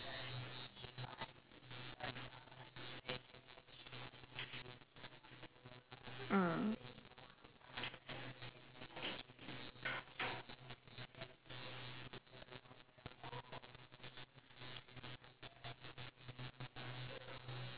mm